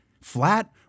flat